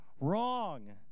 Wrong